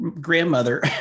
grandmother